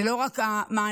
זה לא רק המענקים,